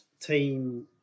team